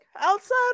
Outside